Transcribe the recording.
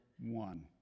one